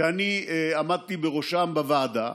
שאני עמדתי בראשם בוועדה,